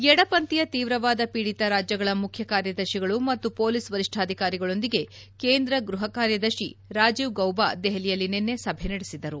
ಎಡಪಂಥೀಯ ತೀವ್ರವಾದ ಪೀಡಿತ ರಾಜ್ಯಗಳ ಮುಖ್ಯ ಕಾರ್ಯದರ್ಶಿಗಳು ಮತ್ತು ಪೊಲೀಸ್ ವರಿಷ್ಠಾಧಿಕಾರಿಗಳೊಂದಿಗೆ ಕೇಂದ್ರ ಗೃಹ ಕಾರ್ಯದರ್ಶಿ ರಾಜೀವ್ ಗೌಬಾ ದೆಹಲಿಯಲ್ಲಿ ನಿನ್ನೆ ಸಭೆ ನಡೆಸಿದರು